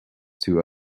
two